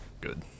good